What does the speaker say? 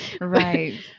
Right